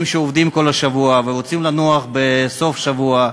שעובדים כל השבוע ורוצים לנוח בסוף השבוע,